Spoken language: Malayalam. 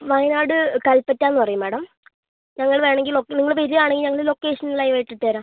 വയനാട് കൽപ്പറ്റാന്ന് പറയും മാഡം ഞങ്ങള് വേണെങ്കീ ലൊ നിങ്ങള് വരികാണെങ്കിൽ ഞങ്ങള് ലൊക്കേഷൻ ലൈവ് ആയിട്ട് ഇട്ട് തരാം